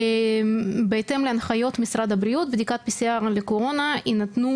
בהתאם להנחיות משרד הבריאות בדיקות PCR לקורונה יינתנו